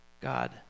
God